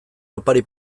opari